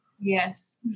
yes